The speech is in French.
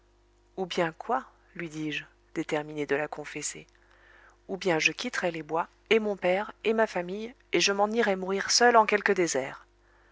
ou bien quoi lui dis-je déterminé de la confesser ou bien je quitterai les bois et mon père et ma famille et je m'en irai mourir seule en quelque désert